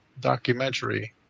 documentary